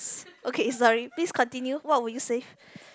okay sorry please continue what will you say